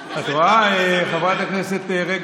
רואה, חברת הכנסת רגב?